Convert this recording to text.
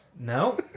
No